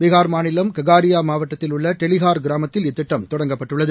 பீகார் மாநிலம் ககாரியா மாவட்டத்தில் உள்ள டெலிஹார் கிராமத்தில் இத்திட்டம் தொடங்கப்பட்டுள்ளது